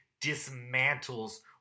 dismantles